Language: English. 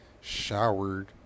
Showered